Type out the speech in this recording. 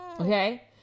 Okay